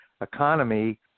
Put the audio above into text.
economy